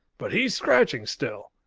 but he's scratching still.